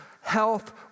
health